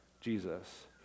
Jesus